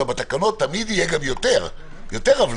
בתקנות תהיה יותר הבנייה,